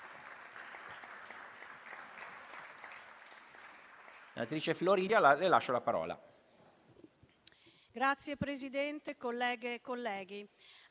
Signor Presidente, colleghe e colleghi,